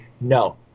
No